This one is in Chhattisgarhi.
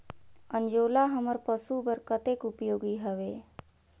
अंजोला हमर पशु बर कतेक उपयोगी हवे?